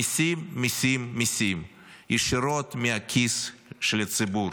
מיסים, מיסים, מיסים, ישירות מהכיס של הציבור,